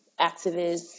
activists